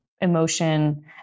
emotion